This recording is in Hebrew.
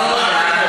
תודה.